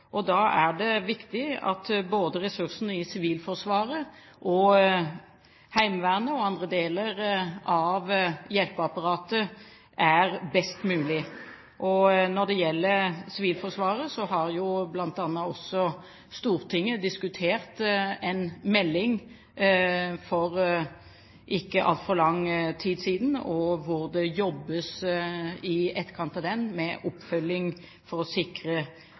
Da er det viktig at både ressursene i Sivilforsvaret, i Heimevernet og i andre deler av hjelpeapparatet er best mulig. Når det gjelder Sivilforsvaret, har jo Stortinget bl.a. diskutert en melding for ikke altfor lang tid siden, og det jobbes i etterkant av den med oppfølging for å sikre